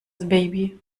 baby